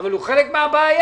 אבל הוא חלק מהבעיה.